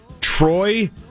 Troy